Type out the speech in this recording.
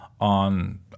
on